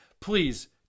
please